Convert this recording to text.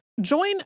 Join